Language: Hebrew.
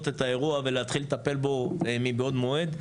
את האירוע ולהתחיל לטפל בו מבעוד מועד.